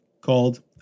called